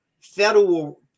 federal